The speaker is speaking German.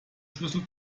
schlüssel